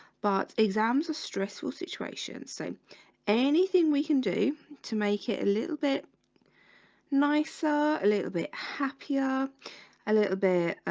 but exams are stressful situations, so anything we can do to make it a little bit nicer a little bit happier a little bit